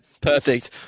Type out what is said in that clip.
Perfect